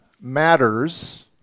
matters